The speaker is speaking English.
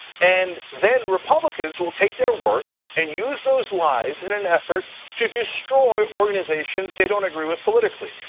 and then republicans will take their work and use those lies in an effort to destroy organizations they don't agree with politically.